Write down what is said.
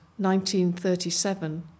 1937